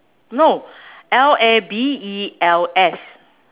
no L A B E L S